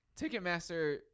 Ticketmaster